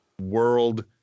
World